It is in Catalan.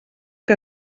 que